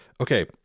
Okay